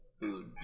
food